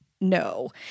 no